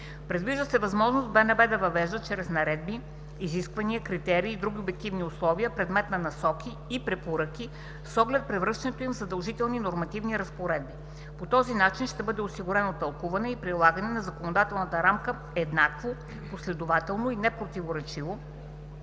Предвижда се възможността БНБ да въвежда чрез наредби изисквания, критерии и други обективни условия, предмет на насоки и препоръки, с оглед превръщането им в задължителни нормативни разпоредби. По този начин ще бъде осигурено тълкуване и прилагане на законодателната рамка еднакво, последователно и непротиворечиво,